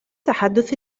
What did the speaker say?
تحدث